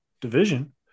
division